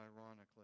ironically